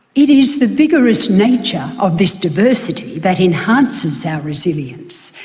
it is the vigorous nature of this diversity that enhances our resilience,